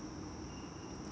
okay